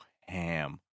ham